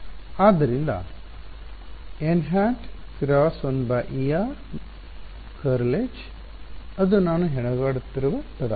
ಆದ್ದರಿಂದ ಅದು ನಾನು ಹೆಣಗಾಡುತ್ತಿರುವ ಪದ